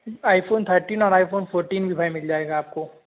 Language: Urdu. آئی فون تھرٹین اور آئی فون فورٹین بھی بھائی مِل جائے گا آپ کو